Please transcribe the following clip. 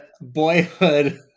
boyhood